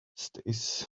stays